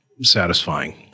satisfying